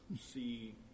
see